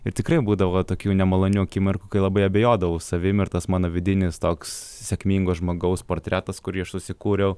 ir tikrai būdavo tokių nemalonių akimirkų kai labai abejodavau savim ir tas mano vidinis toks sėkmingo žmogaus portretas kurį aš susikūriau